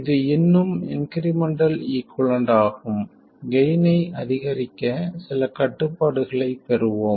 இது இன்னும் incremental equivalent ஆகும் கெய்ன் ஐ அதிகரிக்க சில கட்டுப்பாடுகளைப் பெறுவோம்